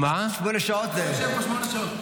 --- שמונה שעות זה --- שמונה שעות.